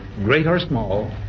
great or small,